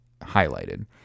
highlighted